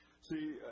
See